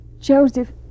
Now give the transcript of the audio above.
Joseph